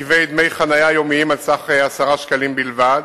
יגבה דמי חנייה יומיים בסך 10 שקלים בלבד,